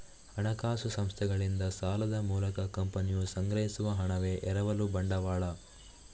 ಹಣಕಾಸು ಸಂಸ್ಥೆಗಳಿಂದ ಸಾಲದ ಮೂಲಕ ಕಂಪನಿಯು ಸಂಗ್ರಹಿಸುವ ಹಣವೇ ಎರವಲು ಬಂಡವಾಳ